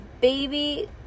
baby